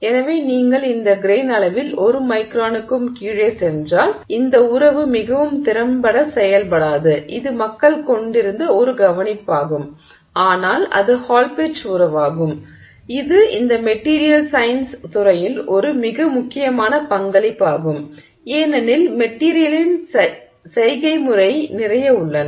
எனவே நீங்கள் இந்த கிரெய்ன் அளவில் 1 மைக்ரானுக்கும் கீழே சென்றால் இந்த உறவு மிகவும் திறம்பட செயல்படாது இது மக்கள் கொண்டிருந்த ஒரு கவனிப்பாகும் ஆனால் அது ஹால் பெட்ச் உறவாகும் இது இந்த மெட்டிரியல் சயின்ஸ் துறையில் ஒரு மிக முக்கியமான பங்களிப்பாகும் ஏனெனில் மெட்டிரியலின் செய்கைமுறை நிறைய உள்ளன